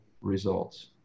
results